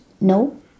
no